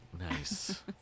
Nice